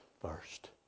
first